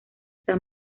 san